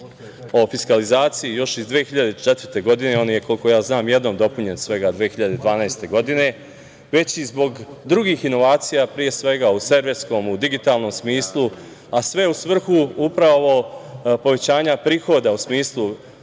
o fiskalizaciji još iz 2004. godine, on je, koliko ja znam, jednom dopunjen svega 2012. godine, već i zbog drugih inovacija, pre svega u serverskom, u digitalnom smislu, a sve u svrhu upravo povećanja prihoda, u smislu